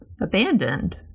abandoned